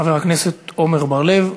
חבר הכנסת עמר בר-לב,